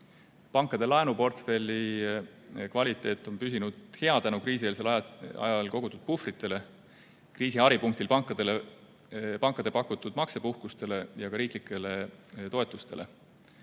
Pankade laenuportfelli kvaliteet on püsinud hea tänu kriisieelsel ajal kogutud puhvritele, kriisi haripunktil pankade pakutud maksepuhkustele ja ka riiklikele toetustele.